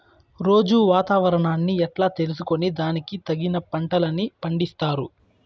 రోజూ వాతావరణాన్ని ఎట్లా తెలుసుకొని దానికి తగిన పంటలని పండిస్తారు?